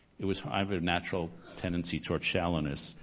it was, i have a natural tendency toward shallowness.